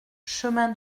chemin